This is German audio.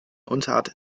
unterart